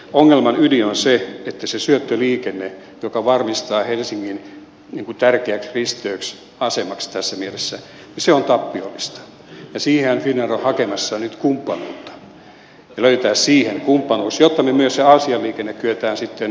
ongelman ydin on se että se syöttöliikenne joka varmistaa helsingin tärkeäksi risteysasemaksi tässä mielessä on tappiollista ja siihenhän finnair on hakemassa nyt kumppanuutta ja pitäisi löytää siihen kumppanuus jotta me myös se aasian liikenne kyetään sitten ylläpitämään